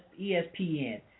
ESPN